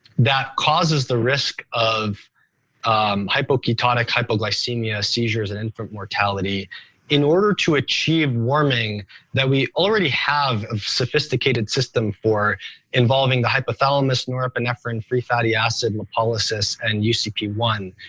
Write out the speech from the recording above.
that causes the risk of hypoketotic hypoglycemia seizures and and infant mortality in order to achieve warming that we already have a sophisticated system for involving the hypothalamus, norepinephrine, free fatty acid and lipolysis and u c p one.